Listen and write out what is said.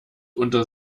unter